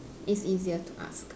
it's easier to ask